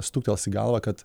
stuktels į galvą kad